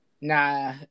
Nah